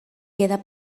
queda